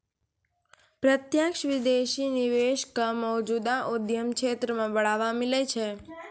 प्रत्यक्ष विदेशी निवेश क मौजूदा उद्यम क्षेत्र म बढ़ावा मिलै छै